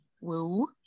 woo